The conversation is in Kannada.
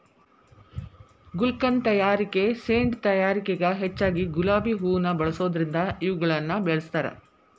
ಗುಲ್ಕನ್ ತಯಾರಿಕೆ ಸೇಂಟ್ ತಯಾರಿಕೆಗ ಹೆಚ್ಚಗಿ ಗುಲಾಬಿ ಹೂವುನ ಬಳಸೋದರಿಂದ ಇವುಗಳನ್ನ ಬೆಳಸ್ತಾರ